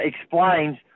explains